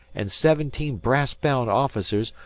an' seventeen brass-bound officers,